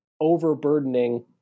overburdening